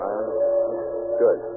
Good